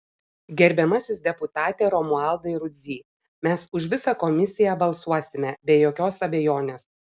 gerbiamasis deputate romualdai rudzy mes už visą komisiją balsuosime be jokios abejonės